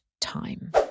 time